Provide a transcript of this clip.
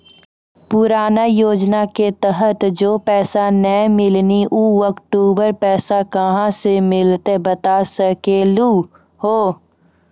पुराना योजना के तहत जे पैसा नै मिलनी ऊ अक्टूबर पैसा कहां से मिलते बता सके आलू हो?